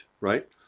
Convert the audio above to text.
right